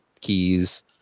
keys